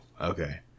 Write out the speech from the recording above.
okay